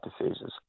decisions